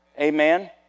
Amen